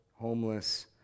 homeless